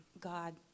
God